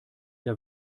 der